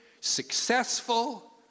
successful